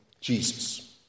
Jesus